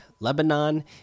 Lebanon